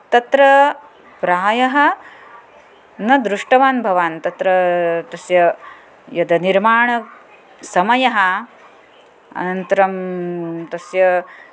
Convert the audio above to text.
तत्र प्रायः न दृष्टवान् भवान् तत्र तस्य यद् निर्माणसमयः अनन्तरं तस्य